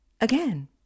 again